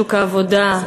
בשוק העבודה,